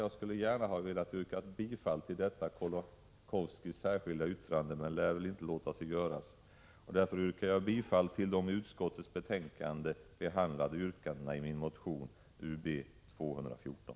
Jag skulle gärna ha velat yrka bifall till detta Kolakowskis särskilda yttrande, men det lär väl inte låta sig göras. Därför yrkar jag bifall till de i utskottets betänkande behandlade yrkandena i min motion Ub214.